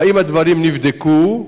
3. האם הדברים נבדקו?